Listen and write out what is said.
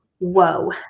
Whoa